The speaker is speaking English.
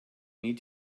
need